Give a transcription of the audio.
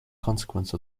consequence